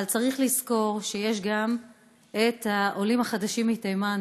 אבל צריך לזכור שיש גם עולים חדשים מתימן,